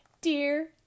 Dear